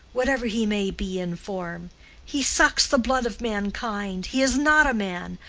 whatever he may be in form he sucks the blood of mankind, he is not a man,